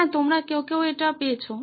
হ্যাঁ তোমরা কেউ কেউ এটা পেয়েছো